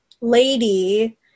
lady